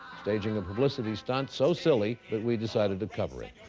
staging a publicity stunt so silly that we decided to cover it.